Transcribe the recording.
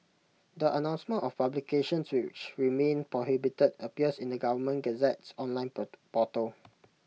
the announcement of publications which remain prohibited appears in the government Gazette's online portal